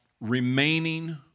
remaining